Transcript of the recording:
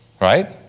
Right